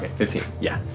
fifteen, yeah.